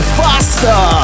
faster